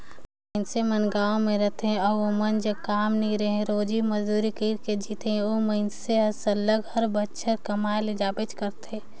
मइनसे मन गाँव में रहथें अउ ओमन जग काम नी रहें रोजी मंजूरी कइर के जीथें ओ मइनसे मन सरलग हर बछर कमाए ले जाबेच करथे